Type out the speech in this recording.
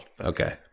Okay